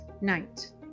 night